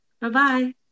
Bye-bye